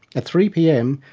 at three pm,